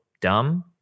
dumb